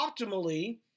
optimally